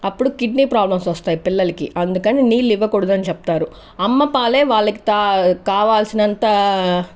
అప్పుడు kidney problems వస్తాయి పిల్లలకి అందుకని నీళ్లు ఇవ్వకూడదని చెబుతారు అమ్మ పాలే వాళ్లకి తా కావలసినంత